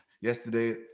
Yesterday